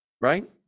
right